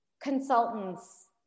consultants